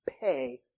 pay